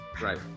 Right